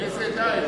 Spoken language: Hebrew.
מאיזו עדה הם,